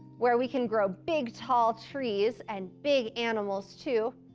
where we can grow big tall trees and big animals too.